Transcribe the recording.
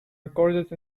recorded